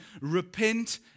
Repent